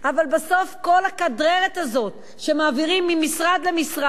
אבל בסוף כל הכדררת הזאת שמעבירים ממשרד למשרד,